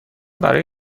برای